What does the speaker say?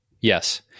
Yes